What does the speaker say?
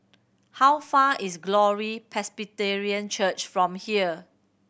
how far is Glory Presbyterian Church from here